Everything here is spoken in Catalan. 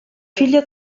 filla